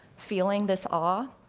feeling this awe.